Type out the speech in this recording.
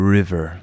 River